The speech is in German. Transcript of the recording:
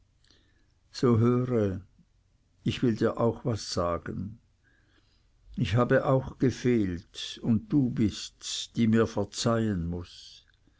so höre ich will dir auch was sagen ich habe auch gefehlt und du bists die mir verzeihen muß